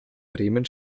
bremen